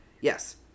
Yes